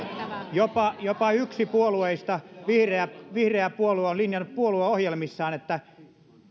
jopa yksi puolueista vihreä vihreä puolue on linjannut puolueohjelmissaan että